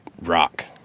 rock